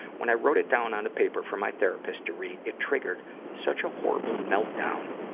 when i wrote it down on a paper for my therapist to read, it triggered such a horrible meltdown,